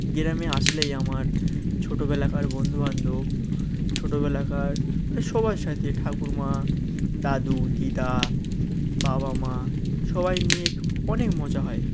গ্রামে আসলেই আমার ছোটবেলাকার বন্ধুবান্ধব ছোটবেলাকার মানে সবার সাথে ঠাকুরমা দাদু দিদা বাবা মা সবাইয়ের নিয়ে অনেক মজা হয়